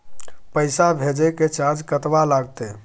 पैसा भेजय के चार्ज कतबा लागते?